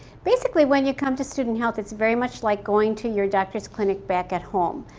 basically when you come to student health, it's very much like going to your doctor's clinic back at home.